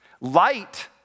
Light